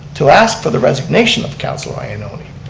to ask for the resignation of councilor ioannoni.